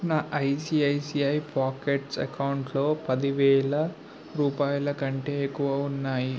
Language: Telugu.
నా ఐసిఐసిఐ పాకెట్స్ ఎకౌంట్లో పదివేల రూపాయల కంటే ఎక్కువ ఉన్నాయి